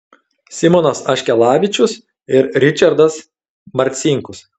simonas aškelavičius ir ričardas marcinkus